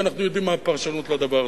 כי אנחנו יודעים מה הפרשנות לדבר הזה,